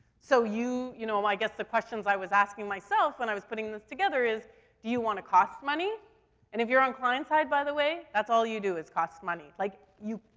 so you, you know, um i guess the questions i was asking myself when i was putting this together is do you wanna cost money? and if you're on client side, by the way, that's all you do is cost money. like, you,